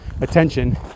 attention